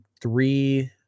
three